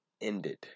ended